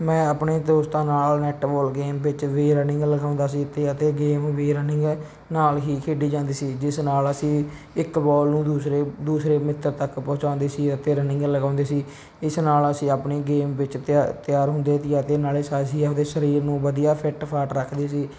ਮੈਂ ਆਪਣੇ ਦੋਸਤਾਂ ਨਾਲ ਨੈੱਟਬੋਲ ਗੇਮ ਵਿੱਚ ਵੀ ਰਨਿੰਗ ਲਗਾਉਂਦਾ ਸੀ ਅਤੇ ਅਤੇ ਗੇਮ ਵੀ ਰਨਿੰਗ ਨਾਲ ਹੀ ਖੇਡੀ ਜਾਂਦੀ ਸੀ ਜਿਸ ਨਾਲ ਅਸੀਂ ਇੱਕ ਬੋਲ ਨੂੰ ਦੂਸਰੇ ਦੂਸਰੇ ਮਿੱਤਰ ਤੱਕ ਪਹੁੰਚਾਉਂਦੇ ਸੀ ਅਤੇ ਰਨਿੰਗ ਲਗਾਉਂਦੇ ਸੀ ਇਸ ਨਾਲ ਅਸੀਂ ਆਪਣੀ ਗੇਮ ਵਿੱਚ ਤਿਆ ਤਿਆਰ ਹੁੰਦੇ ਸੀ ਅਤੇ ਨਾਲੇ ਅਸੀਂ ਆਪਦੇ ਸਰੀਰ ਨੂੰ ਵਧੀਆ ਫਿੱਟ ਫਾਟ ਰੱਖਦੇ ਸੀ